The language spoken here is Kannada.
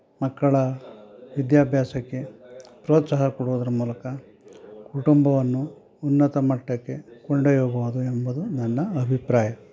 ಮಕ್ಕಳ ವಿದ್ಯಾಭ್ಯಾಸಕ್ಕೆ ಪ್ರೋತ್ಸಾಹ ಕೊಡುವುದ್ರ ಮೂಲಕ ಕುಟುಂಬವನ್ನು ಉನ್ನತ ಮಟ್ಟಕ್ಕೆ ಕೊಂಡೊಯ್ಯಬೋದು ಎಂಬುದು ನನ್ನ ಅಭಿಪ್ರಾಯ